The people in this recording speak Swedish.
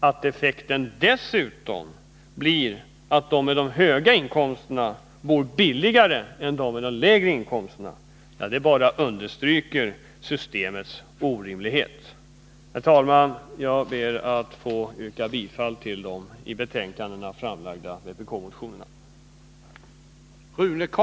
Att effekten dessutom blir att de med de höga inkomsterna bor billigare än de med de lägre inkomsterna bara understryker systemets orimlighet! Herr talman! Jag ber att få yrka bifall till de i betänkandena behandlade vpk-motionerna.